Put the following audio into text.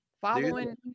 Following